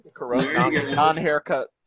non-haircut